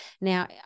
Now